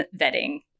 vetting